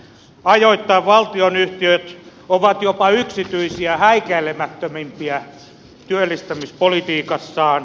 ajoittain valtionyhtiöt ovat jopa yksityisiä häikäilemättömämpiä työllistämispolitiikassaan